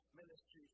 ministry